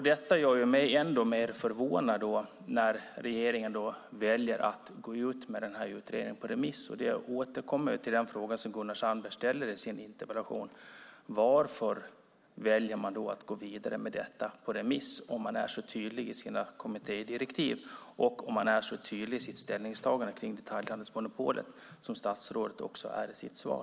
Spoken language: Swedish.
Det gör mig ännu mer förvånad när regeringen väljer att gå ut med den här utredningen på remiss. Vi återkommer till de frågor som Gunnar Sandberg ställt i sin interpellation. Varför väljer man att gå vidare med detta på remiss om man är så tydlig i sina kommittédirektiv och om man är så tydlig i sitt ställningstagande kring detaljhandelsmonopolet som statsrådet är i sitt svar?